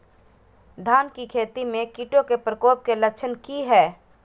धान की खेती में कीटों के प्रकोप के लक्षण कि हैय?